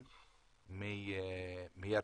מירכא.